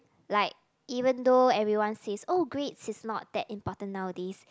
like even though everyone says oh great this is not that important nowadays